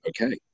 okay